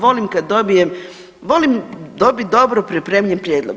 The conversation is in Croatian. Volim kad dobijem, volim dobiti dobro pripremljen prijedlog.